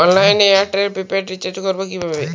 অনলাইনে এয়ারটেলে prepaid recharge করবো কিভাবে?